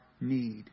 need